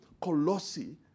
Colossi